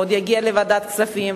ועוד יגיע לוועדת הכספים,